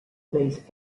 plays